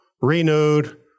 renewed